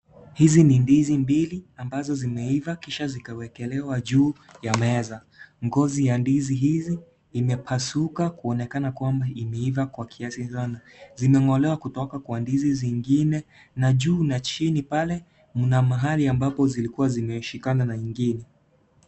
Hizi ni ndizi mbili ambazo zimeiva kisha zikaekelewa juu ya meza. Ngozi ya ndizi hizi imepasuka kuonekana kwamba imeivaa kwa kiasi sana. Zimeng'olewa kutoka kwa ndizi zingine, na juu na chini pale mna mahali ambapo zilikuwa zimeshikana na ingine.